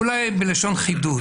אולי בלשון חידוד,